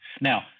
Now